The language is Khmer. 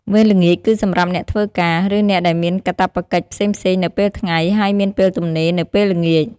វេនល្ងាចគឺសម្រាប់អ្នកធ្វើការ ឬអ្នកដែលមានកាតព្វកិច្ចផ្សេងៗនៅពេលថ្ងៃ ហើយមានពេលទំនេរនៅពេលល្ងាច។